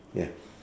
ya